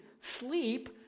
sleep